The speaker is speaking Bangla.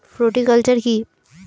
ফ্রুটিকালচার কী?